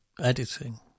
editing